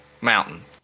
mountain